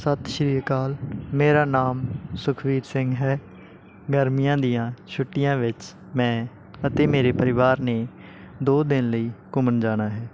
ਸਤਿ ਸ਼੍ਰੀ ਅਕਾਲ ਮੇਰਾ ਨਾਮ ਸੁਖਵੀਰ ਸਿੰਘ ਹੈ ਗਰਮੀਆਂ ਦੀਆਂ ਛੁੱਟੀਆਂ ਵਿੱਚ ਮੈਂ ਅਤੇ ਮੇਰੇ ਪਰਿਵਾਰ ਨੇ ਦੋ ਦਿਨ ਲਈ ਘੁੰਮਣ ਜਾਣਾ ਹੈ